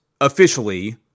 officially